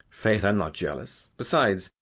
faith, i am not jealous. besides,